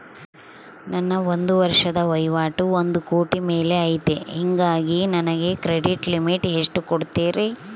ನನ್ನ ಒಂದು ವರ್ಷದ ವಹಿವಾಟು ಒಂದು ಕೋಟಿ ಮೇಲೆ ಐತೆ ಹೇಗಾಗಿ ನನಗೆ ಕ್ರೆಡಿಟ್ ಲಿಮಿಟ್ ಎಷ್ಟು ಕೊಡ್ತೇರಿ?